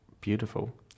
beautiful